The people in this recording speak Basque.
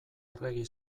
arregi